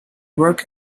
work